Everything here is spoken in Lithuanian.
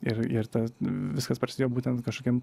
ir ir ta viskas prasidėjo būtent kašokiam